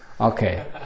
Okay